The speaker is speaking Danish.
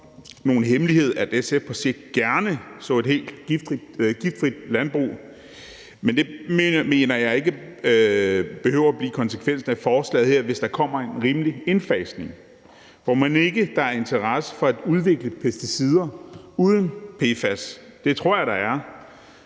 nogen hemmelighed, at SF på sigt gerne så et helt giftfrit landbrug, men det mener jeg ikke behøver blive konsekvensen af forslaget her, hvis der kommer en rimelig indfasning. Og mon ikke der er interesse for at udvikle pesticider uden PFAS? Det tror jeg der er.